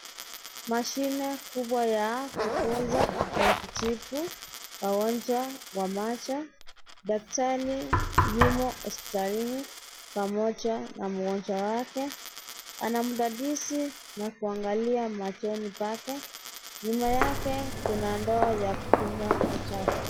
Mashine kubwa ya kutunza na kutibu wagonjwa wa macho. Daktari nyumo hospitalini pamoja na mgonjwa wake. Anamdadisi na kuangalia machoni pako. Nyuma yake kuna ndoo ya kutupa uchafu.